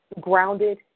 grounded